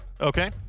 Okay